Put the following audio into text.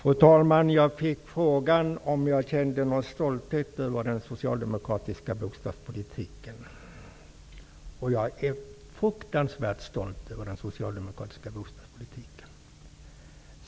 Fru talman! Jag fick frågan om jag kände någon stolthet över den socialdemokratiska bostadspolitiken. Ja, jag är fruktansvärt stolt över den socialdemokratiska bostadspolitiken.